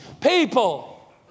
people